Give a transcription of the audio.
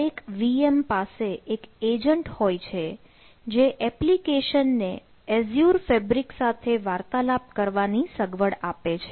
દરેક VM પાસે એક એજન્ટ હોય છે જે એપ્લિકેશનને એઝ્યુર ફેબ્રિક સાથે વાર્તાલાપ કરવાની સગવડ આપે છે